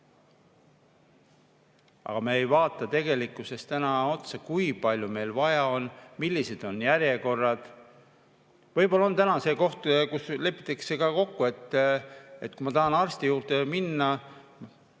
aga me ei vaata tegelikkuses otsa, kui palju meil [arste] vaja on, millised on järjekorrad. Võib-olla on täna see, kui lepitakse kokku, et kui ma tahan arsti juurde minna ...